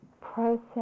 process